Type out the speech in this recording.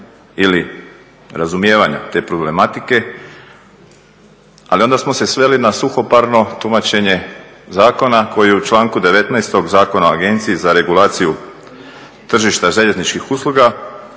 ili razumijevanja te problematike, ali onda smo se sveli na suhoparno tumačenje zakona koji je u članku 19. Zakona o Agenciji za regulaciju tržišta željezničkih usluga